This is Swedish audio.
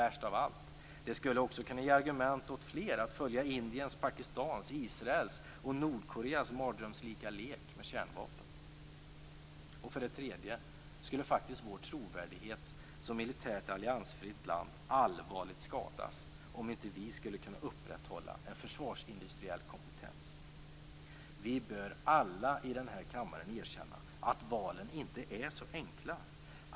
Värst av allt: Det skulle också kunna ge argument åt flera att följa Indiens, Pakistans, Israels och Nordkoreas mardrömslika lek med kärnvapen. För det tredje skulle vår trovärdighet som militärt alliansfritt land allvarligt skadas om inte vi skulle upprätthålla en försvarsindustriell kompetens. Vi bör alla i denna kammare erkänna att valen inte är så enkla.